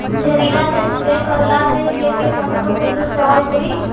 जहरीला स्प्रे करला से खेत के फसल पर कोई दुष्प्रभाव भी पड़ी?